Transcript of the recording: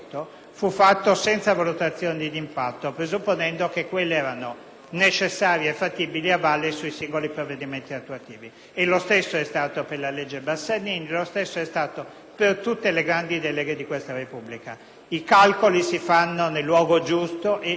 necessarie e fattibili a valle nei singoli provvedimenti attuativi. Lo stesso è avvenuto per la legge Bassanini e per tutte le grandi deleghe di questa Repubblica. I calcoli si fanno nel luogo giusto e, noi speriamo insieme a voi, nel modo giusto, cioè decreto per decreto.